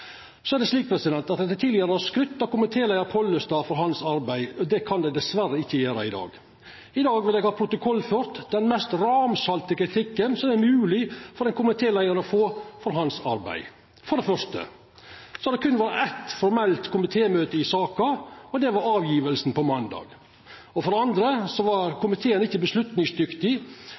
tidlegare skrytt av komitéleiar Pollestad for hans arbeid. Det kan eg dessverre ikkje gjera i dag. I dag vil eg ha protokollført den mest ramsalte kritikken som det er mogleg for ein komitéleiar å få for sitt arbeid. For det første har det kun vore eitt formelt komitémøte i saka – det var framlegginga på måndag – og for det andre var komiteen ikkje